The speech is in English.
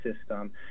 system